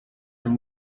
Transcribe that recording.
from